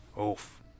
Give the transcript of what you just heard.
Oof